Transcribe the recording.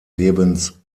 lebens